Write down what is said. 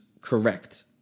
correct